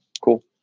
cool